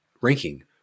ranking